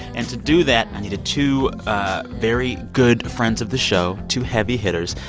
and to do that, i needed two very good friends of the show, two heavy hitters.